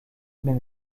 même